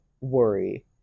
worry